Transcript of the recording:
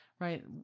Right